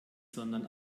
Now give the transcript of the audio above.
sondern